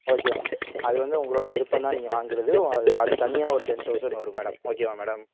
okay ma'am அது வந்து உங்களோடய விருப்பம் தான் நீங்கள் வாங்குகிறது அது அது தனியாக ஒரு டென் தௌசண்ட் வரும் மேடம் ஓகேவா மேடம்